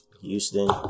Houston